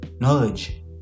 knowledge